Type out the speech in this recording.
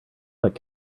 but